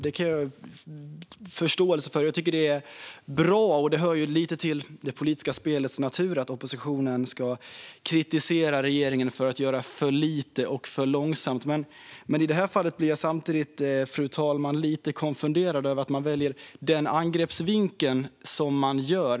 Det kan jag ha förståelse för. Det hör också lite till det politiska spelets natur att oppositionen ska kritisera regeringen för att göra för lite och för långsamt. I det här fallet blir jag dock samtidigt lite konfunderad, fru talman, över att man väljer den angreppsvinkel som man gör.